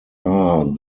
are